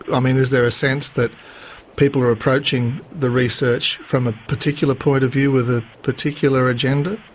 i mean, is there a sense that people are approaching the research from a particular point of view, with a particular agenda?